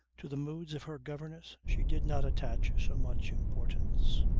to the moods of her governess she did not attach so much importance.